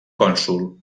cònsol